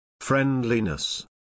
friendliness